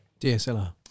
dslr